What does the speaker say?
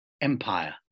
empire